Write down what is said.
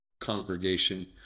congregation